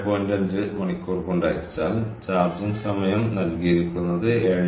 5 മണിക്കൂർ കൊണ്ട് ഹരിച്ചാൽ ചാർജിംഗ് സമയം നൽകിയിരിക്കുന്നത് 7